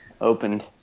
opened